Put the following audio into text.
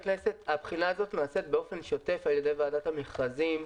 הבחינה הזאת נעשית באופן שוטף על ידי ועדת המכרזים.